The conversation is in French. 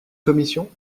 commission